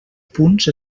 punts